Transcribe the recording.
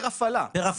פר הפעלה.